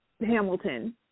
Hamilton